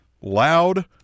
loud